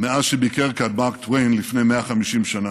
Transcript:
מאז ביקר כאן מרק טוויין לפני 150 שנה.